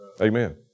Amen